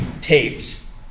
tapes